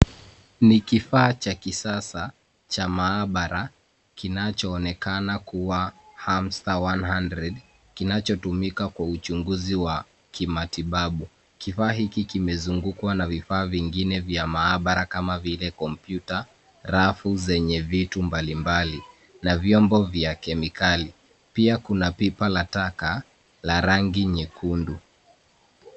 Ni kifaa cha kisasa cha maabara, kinachoonekana kuwa hamster 100. Kinachotumika kwa uchunguzi wa kimatibabu. Kifaa hiki kimezungukwa na vifaa vingine vya maabara kama vile kompyuta, rafu zenye vitu mbalimbali, na vyombo vya kemikali. Pia kuna pipa la taka la rangi nyekundu.